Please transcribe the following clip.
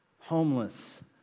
Homeless